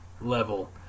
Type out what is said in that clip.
level